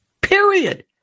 Period